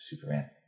Superman